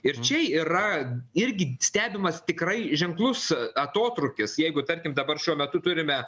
ir čia yra irgi stebimas tikrai ženklus atotrūkis jeigu tarkim dabar šiuo metu turime